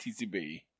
TCB